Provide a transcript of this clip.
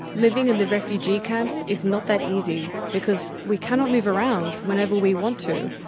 living in the refugee camps is not that easy because we cannot move around whenever we want to.